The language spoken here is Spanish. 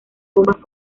bombas